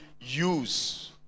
use